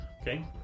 okay